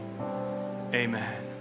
Amen